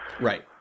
Right